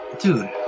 Dude